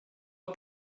are